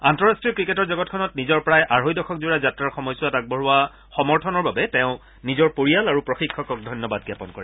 আন্তঃৰাষ্ট্ৰীয় ক্ৰিকেটৰ জগতখনত নিজৰ প্ৰায় আঢ়ে দশকজোৰা যাত্ৰাৰ সময়ছোৱাত আগবঢ়োৱা সমৰ্থনৰ বাবে তেওঁ নিজৰ পৰিয়াল আৰু প্ৰশিক্ষকক ধন্যবাদ জ্ঞাপন কৰে